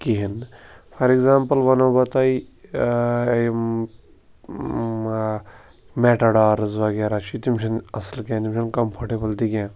کِہیٖنۍ for example وَنو بہٕ تۄہہِ یِم میٹاڈارٕز وغیرہ چھِ تِم چھِنہٕ اَصٕل کینٛہہ تِم چھِنہٕ کَمفٲٹیبٕل تہِ کینٛہہ